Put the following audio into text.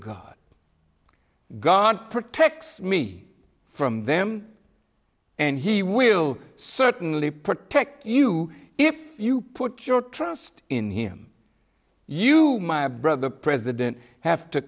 god god protects me from them and he will certainly protect you if you put your trust in him you my brother the president have to